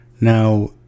Now